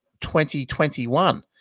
2021